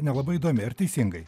nelabai įdomi ar teisingai